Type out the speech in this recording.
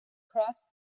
crossed